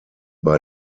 bei